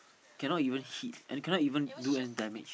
cannot even see cannot even do any damage